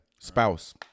spouse